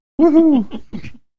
Woohoo